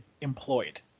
employed